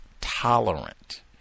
tolerant